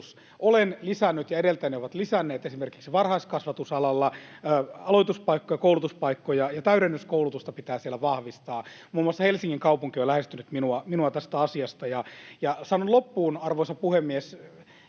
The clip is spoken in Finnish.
Olen lisännyt ja edeltäjäni ovat lisänneet esimerkiksi varhaiskasvatusalalla aloituspaikkoja. Koulutuspaikkoja ja täydennyskoulutusta pitää siellä vahvistaa, muun muassa Helsingin kaupunki on lähestynyt minua tästä asiasta. Ja sanon loppuun, arvoisa puhemies: